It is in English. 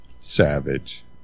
Savage